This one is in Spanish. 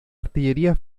artillería